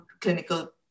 clinical